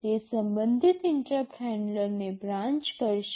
તે સંબંધિત ઇન્ટરપ્ટ હેન્ડલરને બ્રાન્ચ કરશે